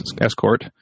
escort